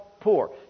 poor